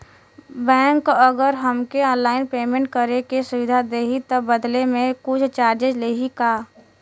Bank अगर हमके online payment करे के सुविधा देही त बदले में कुछ चार्जेस लेही का?